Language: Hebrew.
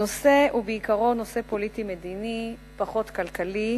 הנושא הוא בעיקרון נושא פוליטי-מדיני, פחות כלכלי.